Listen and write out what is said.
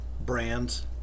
brands